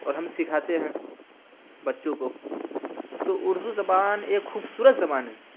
اور ہم سکھاتے ہیں بچوں کو تو ارزو زبان ایک خوبصورت زبان ہے